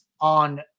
on